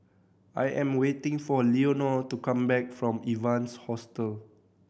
I am waiting for Leonor to come back from Evans Hostel